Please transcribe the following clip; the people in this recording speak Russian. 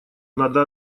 надо